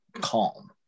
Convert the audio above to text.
calm